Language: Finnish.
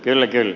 kyllä kyllä